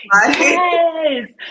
yes